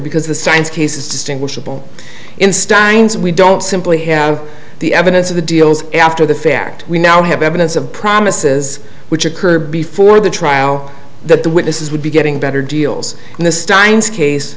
because the science case is distinguishable in stein's we don't simply have the evidence of the deals after the fact we now have evidence of promises which occur before the trial that the witnesses would be getting better deals in the steins case